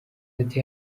ati